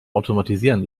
automatisieren